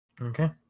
Okay